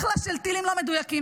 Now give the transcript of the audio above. אחלה של טילים לא מדויקים.